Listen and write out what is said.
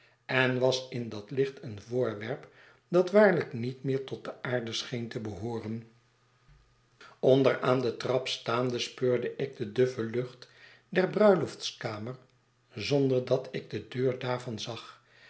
en was in dat licht een voorwerp dat waarlijk niet meer tot de aarde scheen te behooren onder aan de trap staande bespeurde ik de duffe lucht der bruiloftskamer zonder dat ik de deur daarvan zag